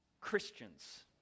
Christians